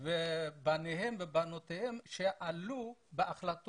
בניהם ובנותיהם שעלו בעליות